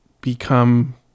become